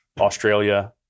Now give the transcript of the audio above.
Australia